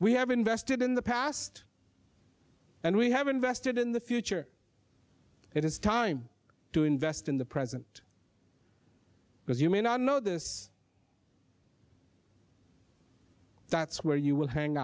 we have invested in the past and we have invested in the future it is time to invest in the present because you may not know this that's where you will hang